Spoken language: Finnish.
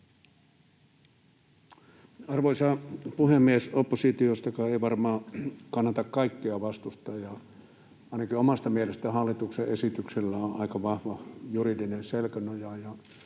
Arvoisa puhemies! Oppositiostakaan ei varmaan kannata kaikkea vastustaa, ja ainakin omasta mielestäni hallituksen esityksellä on aika vahva juridinen selkänoja,